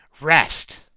Rest